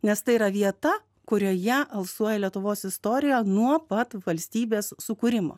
nes tai yra vieta kurioje alsuoja lietuvos istorija nuo pat valstybės sukūrimo